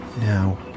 Now